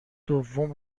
دوم